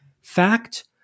Fact